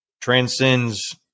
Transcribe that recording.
transcends